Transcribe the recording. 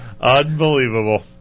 Unbelievable